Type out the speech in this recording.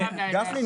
גפני,